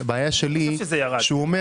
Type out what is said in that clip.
הבעיה שלי היא שהוא אומר